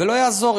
ולא יעזור,